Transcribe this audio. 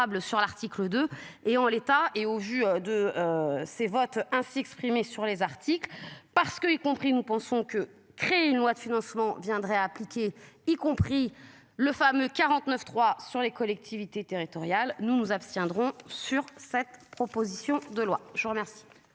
sur l'article 2 et en l'état et au vu de. Ces votes un fixe primer sur les articles parce que y compris, nous pensons que créer une loi de financement viendrait appliquer y compris le fameux 49 3 sur les collectivités territoriales, nous nous abstiendrons sur cette proposition de loi, je vous remercie.